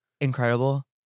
incredible